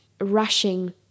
rushing